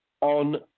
on